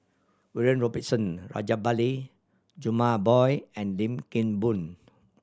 William Robinson Rajabali Jumabhoy and Lim Kim Boon